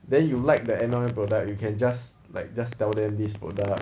then you like the M_L_M product you can just like just tell them this product